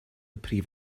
prif